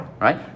Right